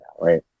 right